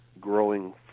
growing